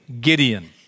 Gideon